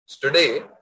Today